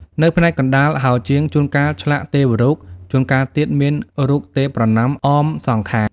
នៅផ្នែកកណ្តាលហោជាង ជួនកាលឆ្លាក់ទេវរូប ជួនកាលទៀតមានរូបទេពប្រណម្យអមសងខាង។